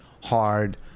hard